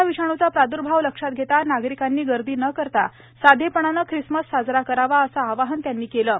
corona विषाणूचा प्रादुर्भाव लक्षात घेता नागरिकांनी गर्दी न करता साधेपणाने ख्रिसमस साजरा करावा असं आवाहन त्यांनी केलं आहे